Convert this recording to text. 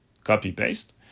Copy-paste